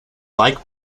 like